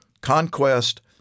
conquest